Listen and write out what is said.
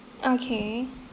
okay